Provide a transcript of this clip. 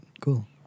cool